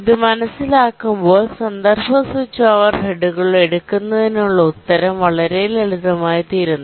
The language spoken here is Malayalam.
ഇത് മനസിലാക്കുമ്പോൾ കോണ്ടെസ്റ് സ്വിച്ച് ഓവർഹെഡുകൾ എടുക്കുന്നതിനുള്ള ഉത്തരം വളരെ ലളിതമായിത്തീരുന്നു